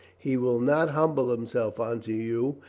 he will not humble himself unto you,